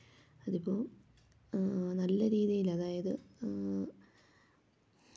അതിപ്പോൾ നല്ല രീതിയിൽ അതായത്